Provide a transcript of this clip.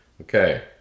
Okay